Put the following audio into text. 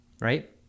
right